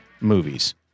movies